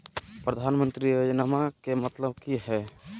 प्रधानमंत्री योजनामा के मतलब कि हय?